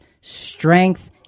strength